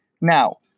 Now